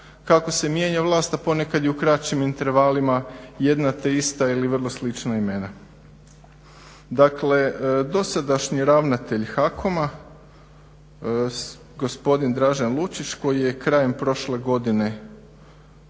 kako se mijenja vlast, a ponekad i u kraćim intervalima jedna te ista ili vrlo slična imena. Dakle, dosadašnji ravnatelj HAKOM-a gospodin Dražen Lučić koji je krajem prošle godine